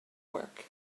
work